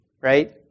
Right